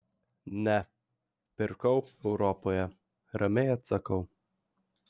ne pirkau europoje ramiai atsakau